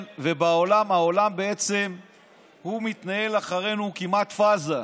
ובעולם, העולם בעצם מתנהל אחרינו כמעט בפאזה.